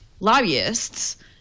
lobbyists